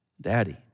Daddy